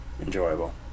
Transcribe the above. enjoyable